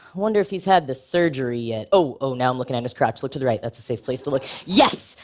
wonder if he's had the surgery yet. oh, now i'm looking at his crotch. look to the right, that's a safe place to look. yes,